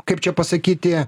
kaip čia pasakyti